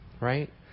right